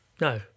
No